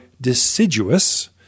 deciduous